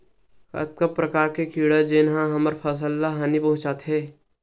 कतका प्रकार के कीड़ा जेन ह हमर फसल ल हानि पहुंचाथे?